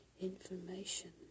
information